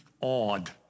awed